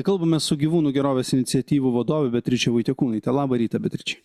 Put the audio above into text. kalbamės su gyvūnų gerovės iniciatyvų vadove beatriče vaitiekūnaite labą rytą beatriče